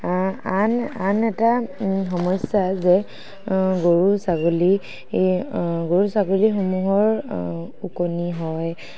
আন আন এটা সমস্যা যে গৰু ছাগলী গৰু ছাগলীসমূহৰ ওকণি হয়